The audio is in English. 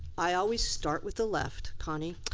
i always start with the left connie.